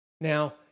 Now